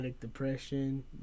Depression